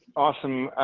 awesome.